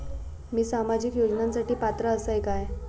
मी सामाजिक योजनांसाठी पात्र असय काय?